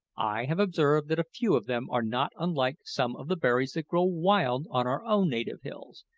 i have observed that a few of them are not unlike some of the berries that grow wild on our own native hills.